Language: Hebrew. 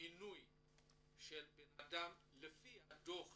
מינוי של אדם, לפי דו"ח